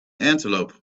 antelope